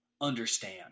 understand